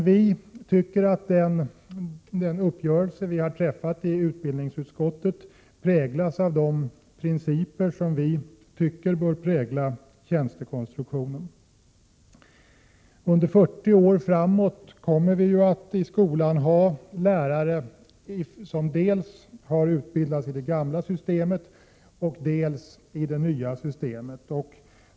Vi tycker emellertid att den uppgörelse som vi har träffat i utbildningsutskottet präglas av de principer som vi anser bör prägla tjänstekonstruktionen. : Under 40 år framåt kommer det ju i skolan att finnas dels lärare som har utbildats inom det gamla systemet, dels lärare som har utbildats inom det nya systemet.